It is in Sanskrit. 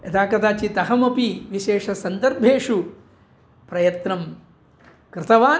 यदा कदाचित् अहमपि विशेषसन्दर्भेषु प्रयत्नं कृतवान्